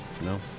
No